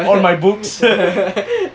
all my books